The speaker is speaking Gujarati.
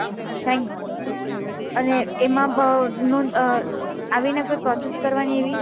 હાં થેન્ક અને એમાં આવીને કોઈ પ્રોસેસ કરવાની એવી